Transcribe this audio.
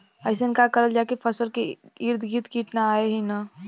अइसन का करल जाकि फसलों के ईद गिर्द कीट आएं ही न?